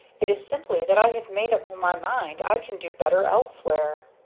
it is simply that i have made up my mind i can do better elsewhere.